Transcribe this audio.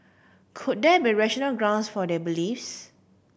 could there be rational grounds for their beliefs